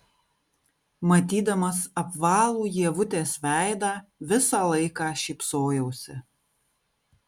matydamas apvalų ievutės veidą visą laiką šypsojausi